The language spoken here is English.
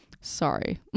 sorry